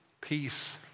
Peace